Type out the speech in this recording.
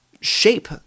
shape